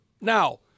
Now